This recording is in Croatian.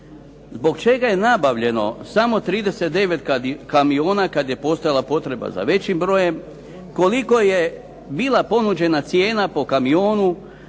Zbog čega je nabavljeno samo 39 kamiona kada je postojala potreba za većim brojem? Koliko je bila ponuđena cijena po kamionu?